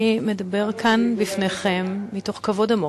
אני מדבר כאן לפניכם מתוך כבוד עמוק,